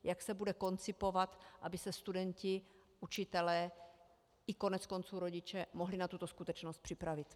Jak se bude koncipovat, aby se studenti, učitelé i koneckonců rodiče mohli na tuto skutečnost připravit?